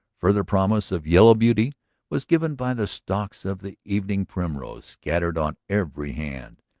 further promise of yellow beauty was given by the stalks of the evening-primrose scattered on every hand,